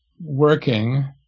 working